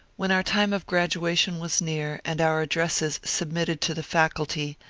when our time of graduation was near and our addresses submitted to the faculty,